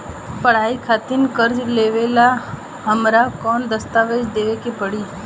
पढ़ाई खातिर कर्जा लेवेला हमरा कौन दस्तावेज़ देवे के पड़ी?